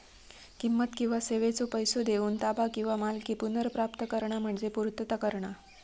किंमत किंवा सेवेचो पैसो देऊन ताबा किंवा मालकी पुनर्प्राप्त करणा म्हणजे पूर्तता करणा